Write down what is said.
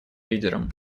лидером